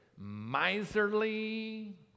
miserly